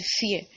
fear